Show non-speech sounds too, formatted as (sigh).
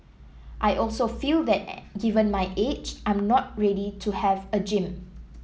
I also feel that (unintelligible) given my age I'm not ready to have a gym